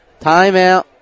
Timeout